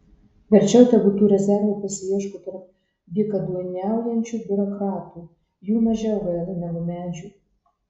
verčiau tegu tų rezervų pasiieško tarp dykaduoniaujančių biurokratų jų mažiau gaila negu medžių